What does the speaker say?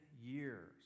years